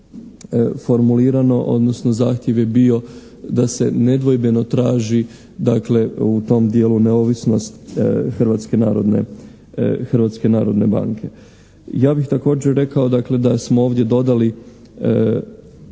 Hrvatske narodne banke. Ja bih također rekao dakle da smo ovdje dodali